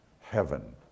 heaven